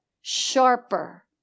Sharper